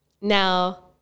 Now